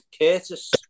Curtis